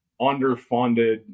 underfunded